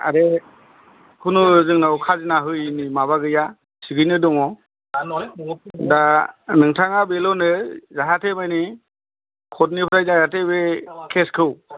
आरो कुनु जोंनाव खाजोना होयैनि माबा गैया थिगैनो दङ दा नोंथाङा बेल' जाहाथे माने कर्ट निफ्राय जाहाथे बे केस खौ